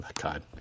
God